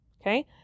Okay